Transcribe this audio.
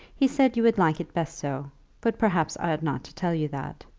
he said you would like it best so but perhaps i ought not to tell you that.